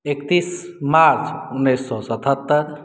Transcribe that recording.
एकतीस मार्च उन्नैस सए सतहत्तरि